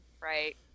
Right